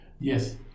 Yes